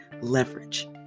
leverage